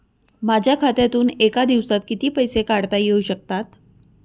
माझ्या खात्यातून एका दिवसात किती पैसे काढता येऊ शकतात?